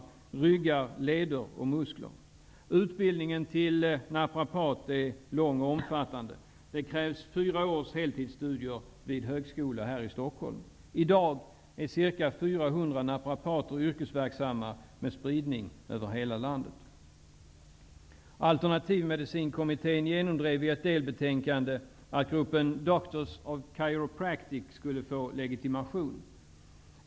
Det gäller ryggar, leder och muskler. Utbildningen till naprapat är lång och omfattande. Det krävs heltidsstudier under fyra år vid högskola här i Stockholm. I dag är ca 400 naprapater yrkesverksamma, med spridning över hela landet. Alternativmedicinkommittén genomdrev i ett delbetänkande att gruppen Doctors of Chiropractic skulle få legitimation.